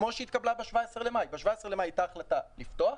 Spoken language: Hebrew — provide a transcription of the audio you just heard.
כמו שהתקבלה ב-17 במאי ב-17 במאי הייתה החלטה לפתוח,